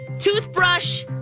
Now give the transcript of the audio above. toothbrush